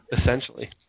Essentially